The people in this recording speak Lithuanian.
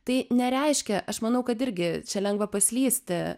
tai nereiškia aš manau kad irgi čia lengva paslysti